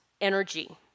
energy